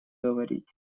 говорить